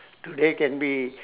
today can be